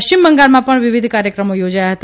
શ્રિમ બંગાળમાં ણ વિવિધ કાર્યક્રમો યોજાયા હતા